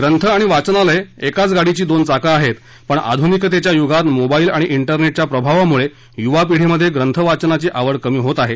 ग्रंथ आणि वाचनालय एकाच गाडीची दोन चाक आहेत पण आधुनिकतेच्या युगात मोबाईल आणि दिरनेच्या प्रभावामुळे युवा पिढीत ग्रंथ वाचनाची आवड कमी होत आहे